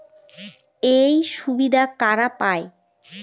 এই সুবিধা কারা পায়?